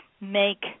make